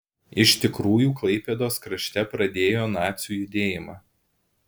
iš tikrųjų klaipėdos krašte pradėjo nacių judėjimą